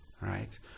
right